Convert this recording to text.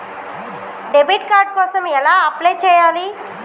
Debit card కోసం ఎలా apply చేయాలి?